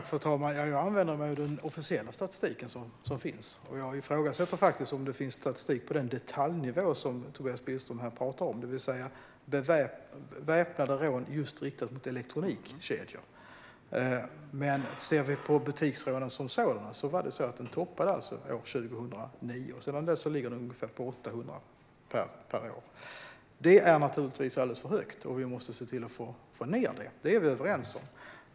Fru talman! Jag använder mig av den officiella statistiken. Jag ifrågasätter faktiskt om det finns statistik på den detaljnivå som Tobias Billström pratar om, det vill säga väpnade rån riktade mot just elektronikkedjor. Statistiken för butiksrån toppade år 2009, men sedan dess ligger den på ungefär 800 per år. Det är naturligtvis alldeles för högt, och vi måste se till att få ned den siffran. Det är vi överens om.